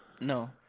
No